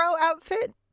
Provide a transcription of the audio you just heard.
outfit